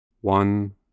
One